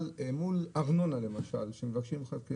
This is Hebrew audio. אבל מול הארנונה שמבקשים ממך,